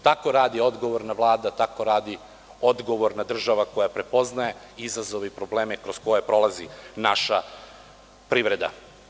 Tako radi odgovorna Vlada, tako radi odgovorna država koja prepoznaje izazove i probleme kroz koje prolazi naša privreda.